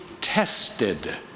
tested